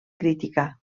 crítica